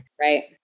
Right